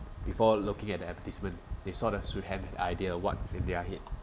before looking at the advertisement they sort of should have an idea what's in their head